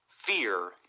fear